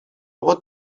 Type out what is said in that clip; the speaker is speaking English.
about